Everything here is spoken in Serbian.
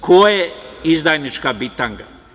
Ko je izdajnička bitanga?